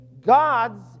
gods